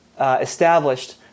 established